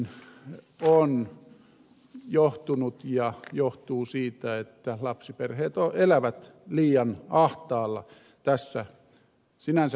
se on johtunut ja johtuu siitä että lapsiperheet elävät liian ahtaalla tässä sinänsä hyvinvointiyhteiskunnassa